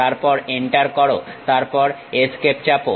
তারপর এন্টার করো তারপর এস্কেপ চাপো